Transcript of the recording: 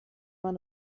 man